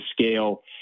scale